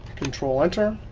control enter.